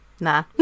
nah